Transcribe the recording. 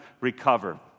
recover